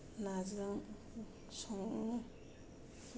नाजों सङो